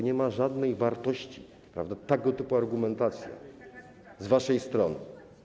Nie ma żadnej wartości tego typu argumentacja z waszej strony.